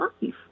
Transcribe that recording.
life